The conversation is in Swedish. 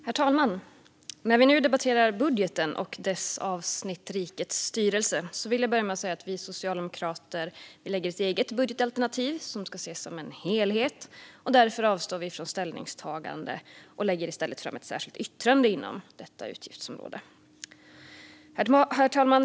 Herr talman! När vi nu debatterar budgeten och dess avsnitt Rikets styrelse vill jag börja med att säga att vi socialdemokrater lägger fram ett eget budgetalternativ som ska ses som en helhet. Därför avstår vi från ställningstagande och har i stället ett särskilt yttrande inom utgiftsområdet. Herr talman!